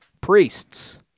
priests